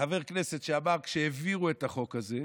חבר כנסת שאמר, כשהעבירו את החוק הזה,